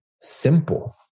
simple